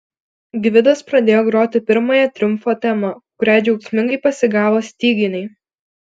gvidas pradėjo groti pirmąją triumfo temą kurią džiaugsmingai pasigavo styginiai